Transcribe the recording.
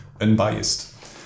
unbiased